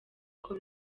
uko